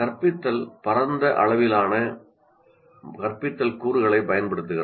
கற்பித்தல் பரந்த அளவிலான கற்பித்தல் கூறுகளைப் பயன்படுத்துகிறது